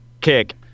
kick